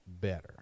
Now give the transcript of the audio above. better